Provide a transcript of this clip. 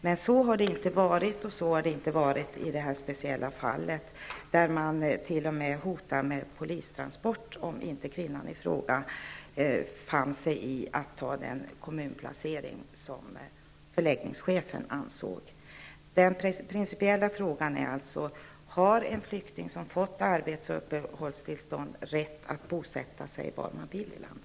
Men så har det inte varit. Så har det inte varit i det här speciella fallet. Man t.o.m. hotade med polistransport om inte kvinnan i fråga fann sig i att ta den kommunplacering som förläggningschefen ansåg lämplig. Den principiella frågan är alltså: Har en flykting som fått arbets och uppehållstillstånd rätt att bosätta sig var han eller hon vill i landet?